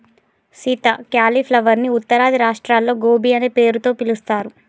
Sita cauliflower ని ఉత్తరాది రాష్ట్రాల్లో గోబీ అనే పేరుతో పిలుస్తారు